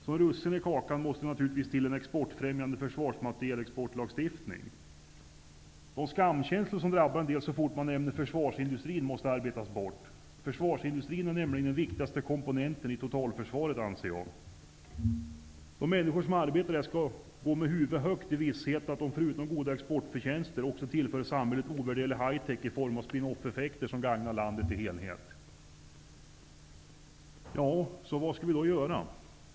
Som russin i kakan måste det naturligtvis till en exportfrämjande försvarsmaterielexportlagstiftning. De skamkänslor som drabbar en del så snart man nämner försvarsindustrin måste arbetas bort. Jag anser att försvarsindustrin är den viktigaste komponenten i totalförsvaret. De människor som arbetar där skall gå med huvudet högt i vissheten att de förutom goda exportförtjänster också tillför samhället ovärderlig high-tech i form av spin-offeffekter som gagnar landet i dess helhet. Vad skall vi då göra?